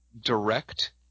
direct